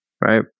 right